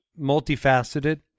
multifaceted